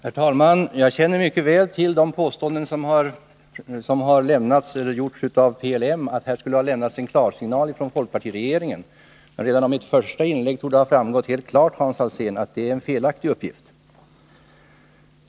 Herr talman! Jag känner mycket väl till de påståenden som gjorts av PLM, nämligen att det skulle ha getts en klarsignal från folkpartiregeringen. Redan av mitt första inlägg torde det klart ha framgått, Hans Alsén, att det är en felaktig uppgift.